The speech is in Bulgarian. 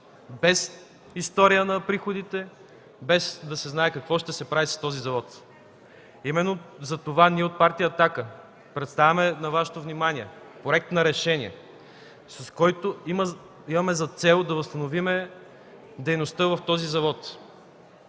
без история на приходите, без да се знае какво ще се прави с този завод. Затова ние от Партия „Атака” представяме на Вашето внимание проект на решение, с което имаме за цел да възстановим дейността в този завод.